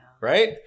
Right